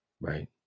right